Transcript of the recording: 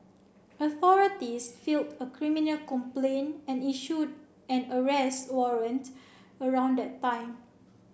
authorities filed a criminal complaint and issued an arrest warrant around that time